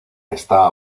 está